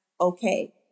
okay